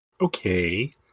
Okay